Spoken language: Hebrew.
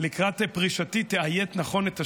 לקראת פרישתי תאיית נכון את השם,